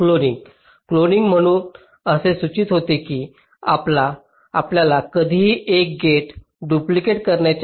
cloning cloning म्हणून असे सूचित होते की आम्हाला कधीकधी एक गेट डुप्लिकेट करण्याची आवश्यकता असू शकते